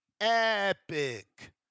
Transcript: Epic